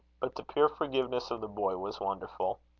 but the pure forgiveness of the boy was wonderful.